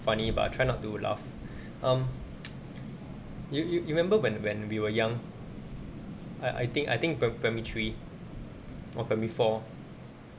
funny but I try not to laugh um you you remember when when we were young I I think I think pri~ primary three or primary four